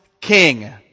king